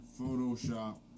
Photoshop